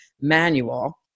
manual